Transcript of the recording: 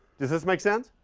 does this make sense?